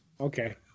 Okay